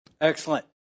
Excellent